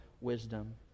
wisdom